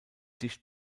dicht